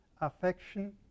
affection